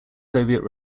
soviet